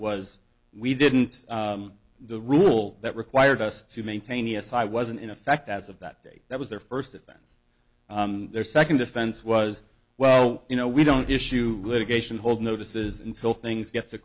was we didn't the rule that required us to maintain e s i wasn't in effect as of that date that was their first offense their second defense was well you know we don't issue litigation hold notices until things get to